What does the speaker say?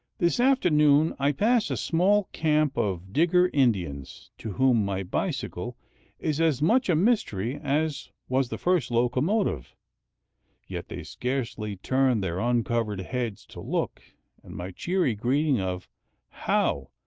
this afternoon i pass a small camp of digger indians, to whom my bicycle is as much a mystery as was the first locomotive yet they scarcely turn their uncovered heads to look and my cheery greeting of how,